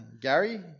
Gary